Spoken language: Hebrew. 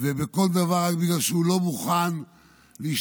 בכל דבר, רק בגלל שהוא לא מוכן להשתתף